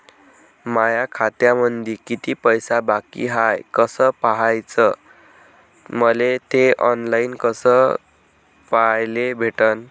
माया खात्यामंधी किती पैसा बाकी हाय कस पाह्याच, मले थे ऑनलाईन कस पाह्याले भेटन?